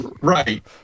Right